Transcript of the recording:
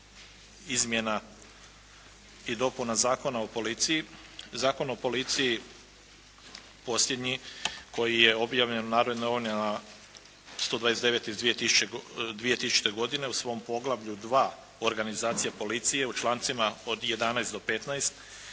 izmjena i dopuna Zakona o policiji. Zakon o policiji posljednji koji je objavljen u "Narodnim novinama" 129/00. godine u svom poglavlju II. Organizacija policije u člancima od 11. do 15. sadrži